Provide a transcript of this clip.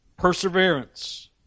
Perseverance